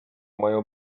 mają